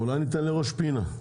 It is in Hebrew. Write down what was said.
אולי ניתן לראש פינה?